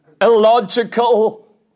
illogical